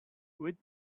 with